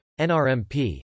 NRMP